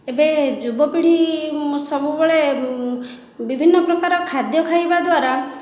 ଏବେ ଯୁବପିଢ଼ି ସବୁବେଳେ ବିଭିନ୍ନ ପ୍ରକାର ଖାଦ୍ୟ ଖାଇବା ଦ୍ୱାରା